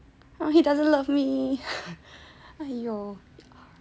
well he doesn't love me !aiyo!